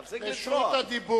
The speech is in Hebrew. תפסיק לצרוח.